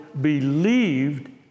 believed